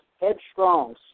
headstrong